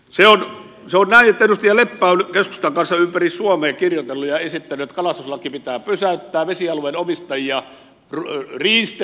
se on näin että edustaja leppä on keskustan kanssa ympäri suomea kirjoitellut ja esittänyt että kalastuslaki pitää pysäyttää vesialueen omistajia riistetään